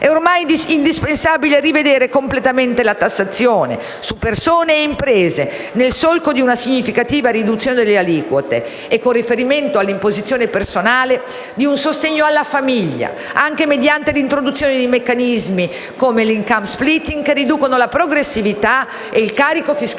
È ormai indispensabile rivedere completamente la tassazione su persone e imprese, nel solco di una significativa riduzione delle aliquote e, con riferimento all'imposizione personale, di un sostegno alla famiglia, anche mediante l'introduzione di meccanismi come l'*income splitting*, che riducono la progressività e il carico fiscale